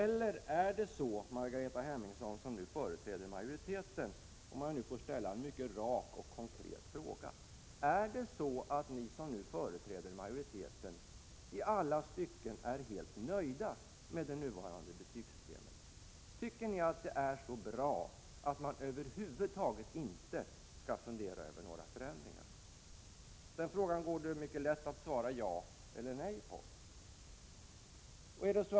Eller är det så, Margareta Hemmingsson, om jag nu får ställa en rak och mycket konkret fråga, att ni som företräder utskottsmajoriteten i alla stycken är helt nöjda med det nuvarande betygssystemet? Tycker ni att det är så bra att man över huvud taget inte skall fundera över några förändringar? Den frågan går det mycket lätt att svara ja eller nej på.